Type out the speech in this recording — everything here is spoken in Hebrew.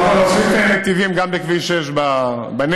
אנחנו נוסיף נתיבים גם בכביש 6 בנגב,